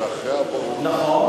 זה הבחירות הבאות ואחרי הבאות, נכון.